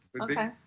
Okay